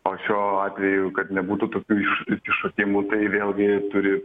o šio atveju kad nebūtų tokių iššokimų tai vėlgi turi